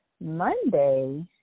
Monday